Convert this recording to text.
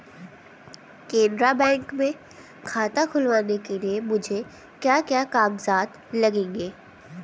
Canara bank में खाता खुलवाने के लिए मुझे क्या क्या कागजात लगेंगे?